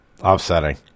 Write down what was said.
upsetting